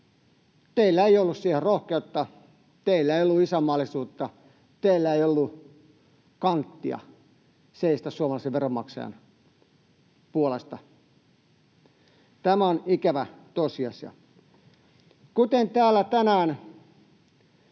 Teillä ei ollut siihen rohkeutta. Teillä ei ollut isänmaallisuutta. Teillä ei ollut kanttia seistä suomalaisen veronmaksajan puolella. Tämä on ikävä tosiasia. Kuten täällä tänään